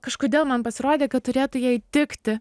kažkodėl man pasirodė kad turėtų jai tikti